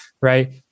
right